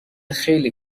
خیلی